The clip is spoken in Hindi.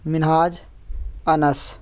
मिन्हाज अनस